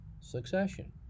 succession